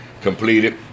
completed